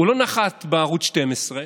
הוא לא נחת בערוץ 12,